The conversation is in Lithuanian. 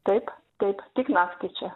taip taip tik naktį čia